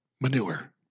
manure